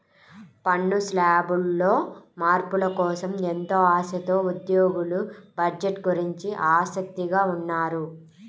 పన్ను శ్లాబుల్లో మార్పుల కోసం ఎంతో ఆశతో ఉద్యోగులు బడ్జెట్ గురించి ఆసక్తిగా ఉన్నారు